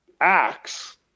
acts